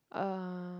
uh